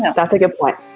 that's that's a good point.